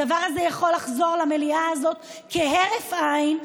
הדבר הזה יכול לחזור למליאה הזאת כהרף עין,